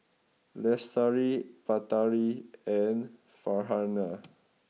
Lestari Batari and Farhanah